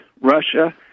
Russia